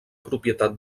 propietat